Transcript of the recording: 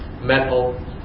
metal